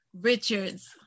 Richards